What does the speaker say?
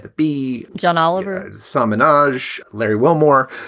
be john oliver, some manaj, larry wilmore,